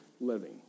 living